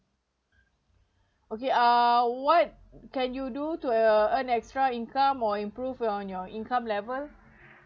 okay uh what can you do to earn extra income or improve on your income level